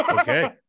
Okay